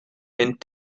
mint